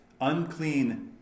unclean